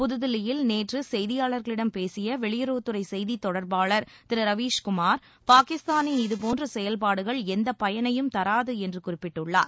புதுதில்லியில் நேற்று செய்தியாளர்களிடம் பேசிய வெளியுறவுத்துறை செய்தித் தொடர்பாளர் திரு ரவீஷ்குமார் பாகிஸ்தானின் இதுபோன்ற செயல்பாடுகள் எந்தப் பயனையும் தராது என்று குறிப்பிட்டுள்ளார்